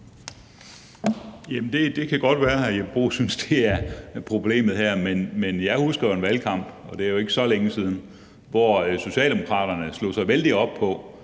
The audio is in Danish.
det kan godt være, at hr. Jeppe Bruus synes, at det er problemet her, men jeg husker en valgkamp – og det er jo ikke så længe siden – hvor Socialdemokraterne slog sig vældigt op på,